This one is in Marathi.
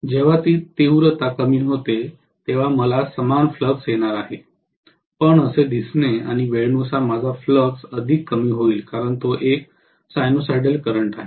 जेव्हा ती तीव्रता कमी होते तेव्हा मला समान फ्लक्स येणार आहे पण असे दिसणे आणि वेळेनुसार माझा फ्लक्स अधिक कमी होईल कारण तो एक सिनोसाइडल करंट आहे